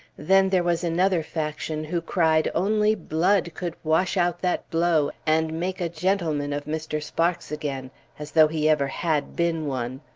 then there was another faction who cried only blood could wash out that blow and make a gentleman of mr. sparks again as though he ever had been one!